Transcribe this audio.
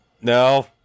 no